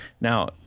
Now